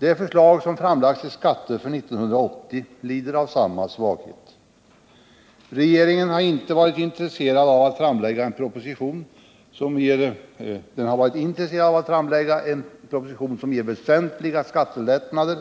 Det förslag till skatter som har framlagts för 1980 lider av samma svaghet. Regeringen har varit intresserad av att framlägga en proposition som ger väsentliga skattelättnader,